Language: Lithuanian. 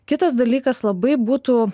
kitas dalykas labai būtų